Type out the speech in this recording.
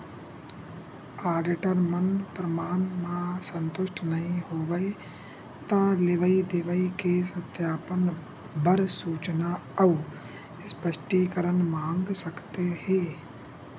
auditor मन परमान म संतुस्ट नइ होवय त लेवई देवई के सत्यापन बर सूचना अउ स्पस्टीकरन मांग सकत हे